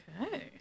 Okay